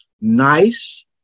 nice